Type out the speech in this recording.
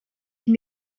can